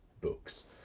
books